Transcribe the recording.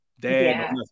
dad